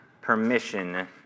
permission